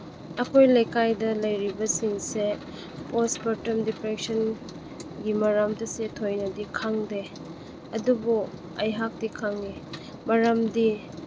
ꯑꯩꯈꯣꯏ ꯂꯩꯀꯥꯏꯗ ꯂꯩꯔꯤꯕꯁꯤꯡꯁꯦ ꯄꯣꯁꯄꯔꯇꯝ ꯗꯤꯄ꯭ꯔꯦꯁꯟꯒꯤ ꯃꯔꯝꯗꯁꯤ ꯊꯣꯏꯅꯗꯤ ꯈꯪꯗꯦ ꯑꯗꯨꯕꯨ ꯑꯩꯍꯥꯛꯇꯤ ꯈꯪꯉꯤ ꯃꯔꯝꯗꯤ